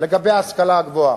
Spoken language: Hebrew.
לגבי ההשכלה הגבוהה.